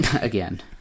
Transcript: Again